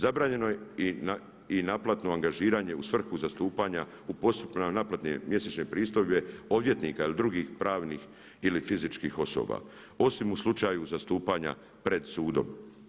Zabranjeno je i naplatno angažiranje u svrhu zastupanja u postupku naplate mjesečne pristojbe odvjetnika ili drugih pravnih ili fizičkih osoba, osim u slučaju zastupanja pred sudom.